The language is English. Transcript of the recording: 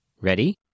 Ready